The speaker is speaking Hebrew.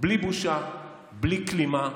בלי בושה, בלי כלימה.